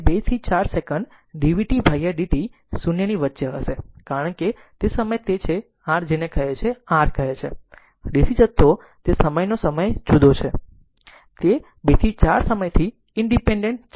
અને 2 થી 4 second dvt dt 0 ની વચ્ચે કારણ કે તે સમયે તે તે છે તે r છે જેને r કહે છે DC જથ્થો તે સમયનો સમય જુદો છે તે 2 થી 4 સમયથી ઇનડીપેન્ડેન્ટ છે